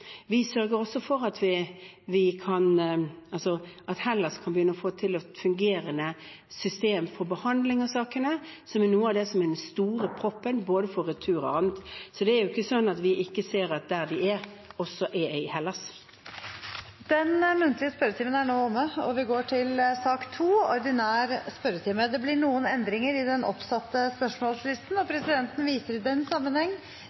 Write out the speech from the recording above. Vi sørger også for at Hellas kan begynne å få til et fungerende system for behandling av sakene, som er noe av det som er den store proppen for både retur og annet. Så det er ikke sånn at vi ikke ser at der de er, også er i Hellas. Den muntlige spørretimen er nå omme. Det blir noen endringer i den oppsatte spørsmålslisten, og presidenten viser i den sammenheng